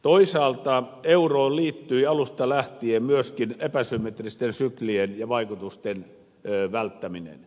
toisaalta euroon liittyi alusta lähtien myöskin epäsymmetristen syklien ja vaikutusten välttäminen